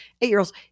eight-year-olds